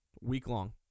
Week-long